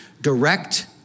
direct